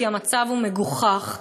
כי המצב הוא מגוחך.